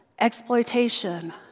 exploitation